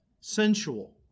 sensual